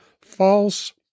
false